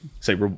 say